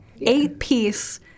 eight-piece